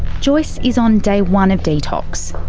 joyce is on day one of detox.